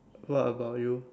what about you